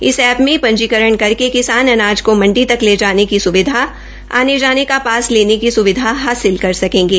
इस ऐप में पंजीकरण करके किसान अनाज को मंडी तक ले जाने की सुविधा आने जाने का पास लेने की सुविधा हासिल कर सकेंगे